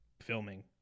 filming